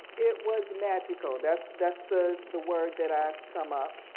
it was magical. that's that's the the word that i sum up.